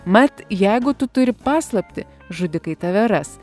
mat jeigu tu turi paslaptį žudikai tave ras